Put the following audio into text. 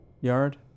yard